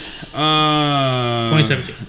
2017